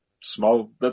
small